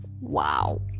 Wow